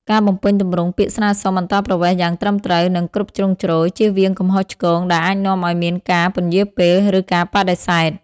ការបំពេញទម្រង់ពាក្យស្នើសុំអន្តោប្រវេសន៍យ៉ាងត្រឹមត្រូវ និងគ្រប់ជ្រុងជ្រោយ ជៀសវាងកំហុសឆ្គងដែលអាចនាំឱ្យមានការពន្យារពេល ឬការបដិសេធ។